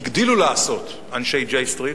הגדילו לעשות אנשי J Street,